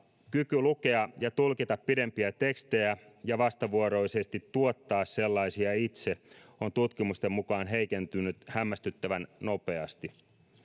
kyky lukea ja tulkita pidempiä tekstejä ja vastavuoroisesti tuottaa sellaisia itse on tutkimusten mukaan heikentynyt hämmästyttävän nopeasti